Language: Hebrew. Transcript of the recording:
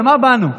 למה באנו?